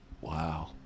Wow